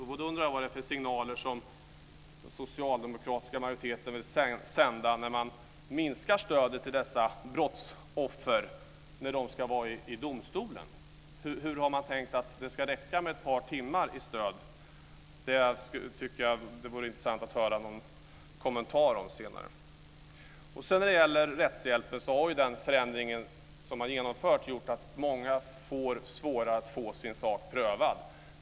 Jag undrar vad det är för signaler som den socialdemokratiska majoriteten vill sända när den minskar stödet till dessa brottsoffer när de ska uppträda inför domstolen. Hur har man tänkt att det ska räcka med ett par timmar i stöd? Det vore intressant att höra någon kommentar om det senare. Den förändring som genomförts av rättshjälpen har gjort att många får svårare att få sin sak prövad.